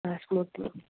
ആ സ്മൂത്തനിങ്